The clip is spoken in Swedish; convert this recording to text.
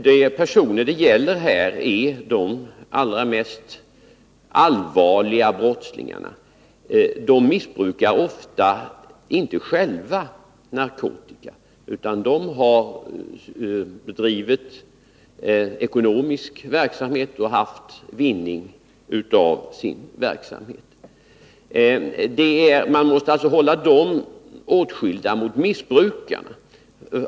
De personer som det gäller här är de allra mest allvarliga brottslingarna. De missbrukar ofta inte själva narkotika, utan de har bedrivit ekonomisk verksamhet och haft vinning av sin verksamhet. Man måste alltså hålla dem åtskilda från missbrukarna.